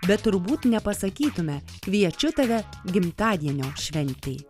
bet turbūt nepasakytume kviečiu tave gimtadienio šventei